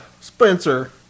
Spencer